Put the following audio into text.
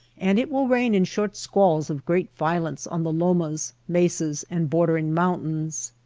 and it will rain in short squalls of great violence on the lomas, mesas, and bordering mountains.